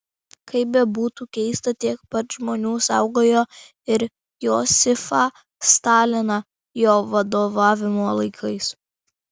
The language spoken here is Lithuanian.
kaip bebūtų keista tiek pat žmonių saugojo ir josifą staliną jo vadovavimo laikais